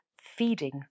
feeding